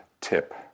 tip